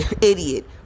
idiot